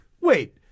Wait